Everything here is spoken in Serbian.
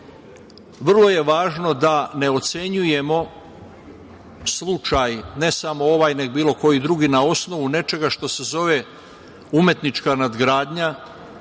vrlo je važno da ne ocenjujemo slučaj, ne samo ovaj, nego bilo koji drugi na osnovu nečega što se zove umetnička nadgradnja.